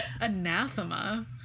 anathema